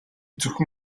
зөвхөн